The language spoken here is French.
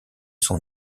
son